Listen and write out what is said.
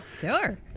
Sure